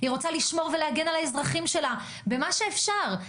לשמור ולהגן על האזרחים שלה במה שאפשר.